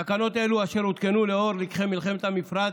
תקנות אלו, אשר הותקנו לנוכח לקחי מלחמת המפרץ,